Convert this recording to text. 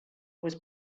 was